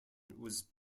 was